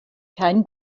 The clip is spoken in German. kein